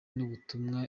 n’ubutumwa